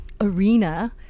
arena